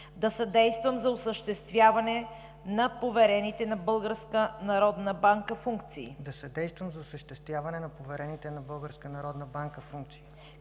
да съдействам за осъществяване на поверените на Българската